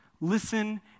Listen